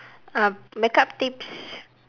uh makeup tips